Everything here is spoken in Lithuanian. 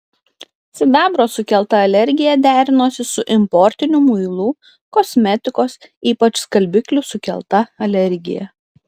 sidabro sukelta alergija derinosi su importinių muilų kosmetikos ypač skalbiklių sukelta alergija